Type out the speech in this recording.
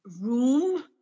room